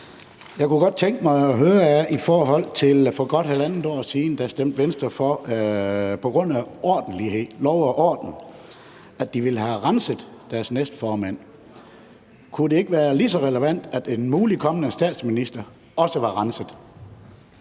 Jeg kunne godt tænke mig at høre: For godt halvandet år siden stemte Venstre på grund af ordentlighed – lov og orden – for, at de ville have renset deres næstformand. Kunne det ikke være lige så relevant, at en mulig kommende statsminister også var renset?